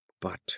But